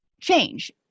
change